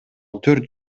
төрт